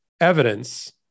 evidence